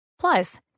Plus